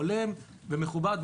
הולם ומכובד,